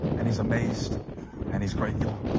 and he's amazed and he's grateful